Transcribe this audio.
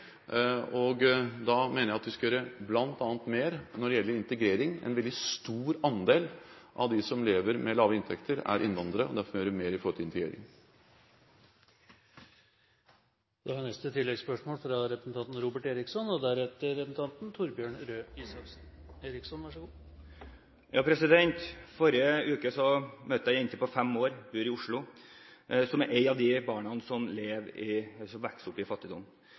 mener at vi skal gjøre mer bl.a. når det gjelder integrering. En veldig stor andel av de som lever med lave inntekter, er innvandrere, og derfor må vi gjøre mer når det gjelder integrering. Robert Eriksson – til oppfølgingsspørsmål. I forrige uke møtte jeg en jente på fem år som bor i Oslo, som er et av de barna som vokser opp i fattigdom,